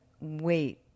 wait